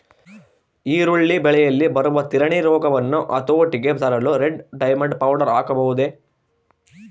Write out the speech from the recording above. ಈರುಳ್ಳಿ ಬೆಳೆಯಲ್ಲಿ ಬರುವ ತಿರಣಿ ರೋಗವನ್ನು ಹತೋಟಿಗೆ ತರಲು ರೆಡ್ ಡೈಮಂಡ್ ಪೌಡರ್ ಹಾಕಬಹುದೇ?